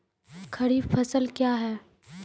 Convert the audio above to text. खरीफ फसल क्या हैं?